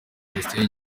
minisiteri